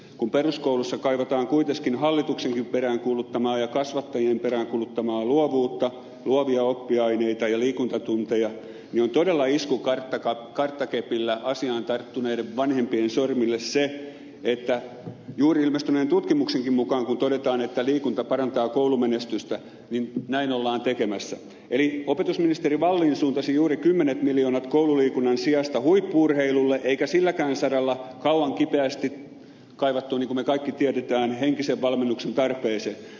kun peruskoulussa kaivataan kuitenkin hallituksenkin peräänkuuluttamaa ja kasvattajien peräänkuuluttamaa luovuutta luovia oppiaineita ja liikuntatunteja niin on todella isku karttakepillä asiaan tarttuneiden vanhempien sormille se kun juuri ilmestyneen tutkimuksenkin mukaan todetaan että liikunta parantaa koulumenestystä että kulttuuri ja urheiluministeri wallin suuntasi juuri kymmenet miljoonat koululiikunnan sijasta huippu urheilulle eikä silläkään saralla kauan kipeästi kaivattuun niin kuin me kaikki tiedämme henkisen valmennuksen tarpeeseen